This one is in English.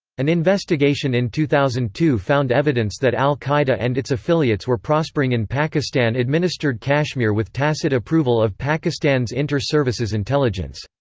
an investigation in two thousand and two found evidence that al-qaeda and its affiliates were prospering in pakistan-administered kashmir with tacit approval of pakistan's inter-services intelligence.